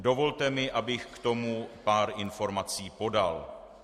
Dovolte mi, abych k tomu pár informací podal.